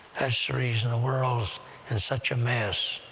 and so the reason the world's in such a mess.